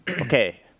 Okay